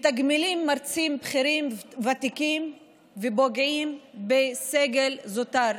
מתגמלים מרצים בכירים ותיקים ופוגעים בסגל זוטר,